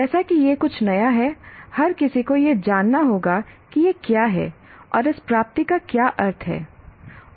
जैसा कि यह कुछ नया है हर किसी को यह जानना होगा कि यह क्या है और इस प्राप्ति का क्या अर्थ है